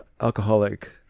alcoholic